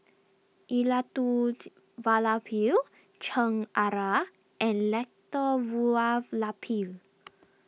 Elattuvalapil Chengara and Elattuvalapil